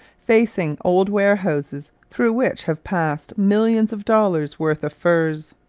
facing old warehouses through which have passed millions of dollars' worth of furs.